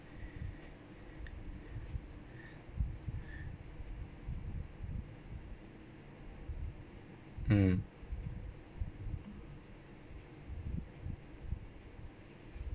mm